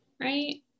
right